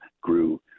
grew